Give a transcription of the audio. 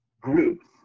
groups